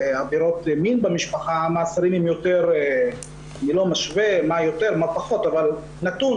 לעבירות מין במשפחה ואני לא משווה מה יותר או מה פחות אבל כנתון,